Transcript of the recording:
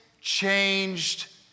changed